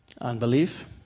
Unbelief